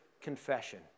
confession